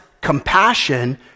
compassion